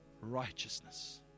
Righteousness